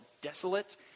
desolate